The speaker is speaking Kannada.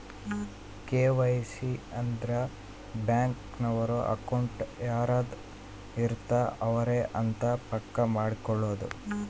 ಕೆ.ವೈ.ಸಿ ಅಂದ್ರ ಬ್ಯಾಂಕ್ ನವರು ಅಕೌಂಟ್ ಯಾರದ್ ಇರತ್ತ ಅವರೆ ಅಂತ ಪಕ್ಕ ಮಾಡ್ಕೊಳೋದು